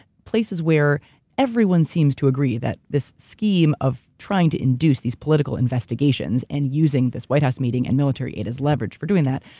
places where everyone seems to agree that this scheme of trying to induce these political investigations, and using this white house meeting and military aid as leverage for doing that,